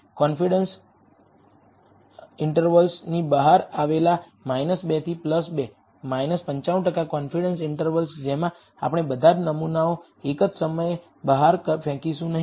confidence ઈન્ટર્વલની બહાર આવેલા 2 થી 2 95 ટકા કોન્ફિડન્સ ઈન્ટર્વલ જેમાં આપણે બધા જ નમૂનાઓ એક જ સમયે બહાર ફેંકીશું નહીં